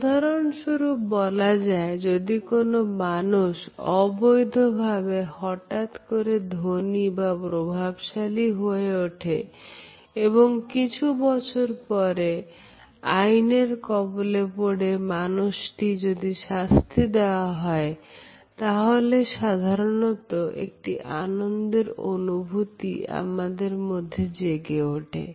উদাহরণস্বরূপ বলা যায় যদি কোন মানুষ অবৈধভাবে হঠাৎ করে ধনী এবং প্রভাবশালী হয়ে ওঠে এবং কিছু বছর পরে আইনের কবলে পড়ে মানুষটিকে যদি শাস্তি দেওয়া হয় তাহলে সাধারণত একটি আনন্দের অনুভুতি আমাদের মধ্যে জেগে ওঠে